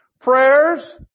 prayers